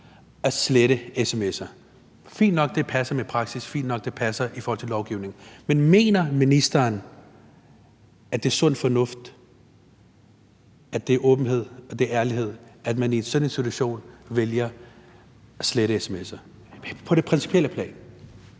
at slette sms'er. Fint nok, det passer med praksis; fint nok, det passer i forhold til lovgivning. Men mener ministeren – på det principielle plan – at det er sund fornuft, at det er udtryk for åbenhed og for ærlighed, at man i sådan en situation vælger at slette sms'er? Kl. 13:18 Tredje